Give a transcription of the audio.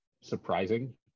surprising